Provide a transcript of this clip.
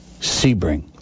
Sebring